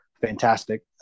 fantastic